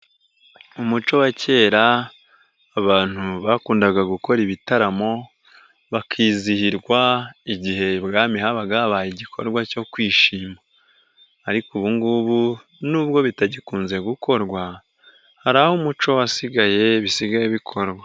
Umuco wa kera, abantu bakundaga gukora ibitaramo bakizihirwa igihe ibwami habaga habaye igikorwa cyo kwishima, ariko ubungubu n'ubwo bitagikunze gukorwa hari aho umuco wasigaye bisigaye bikorwa.